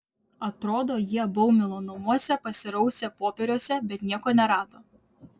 atrodo jie baumilo namuose pasirausė popieriuose bet nieko nerado